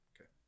Okay